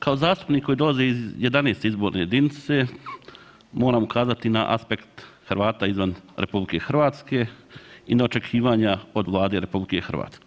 Kao zastupnik koji dolazi iz 11. izborne jedinice, moram kazati na aspekt Hrvata izvan RH i na očekivanja od Vlade RH.